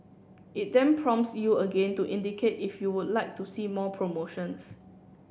it then prompts you again to indicate if you would like to see more promotions